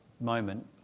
moment